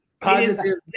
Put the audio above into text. Positive